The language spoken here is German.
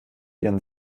ihren